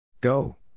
Go